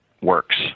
works